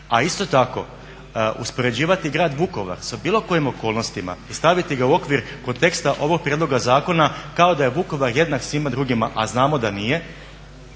a isto tako uspoređivati Grad Vukovar sa bilo kojim okolnostima i staviti ga u okvir konteksta ovog prijedloga zakona kao da je Vukovar jednak svima drugima a znamo da nije.